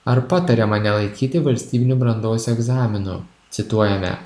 ar patariama nelaikyti valstybinių brandos egzaminų cituojame